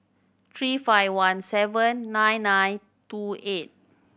three five one seven nine nine two eight